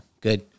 Good